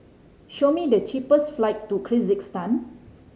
show me the cheapest flight to Kyrgyzstan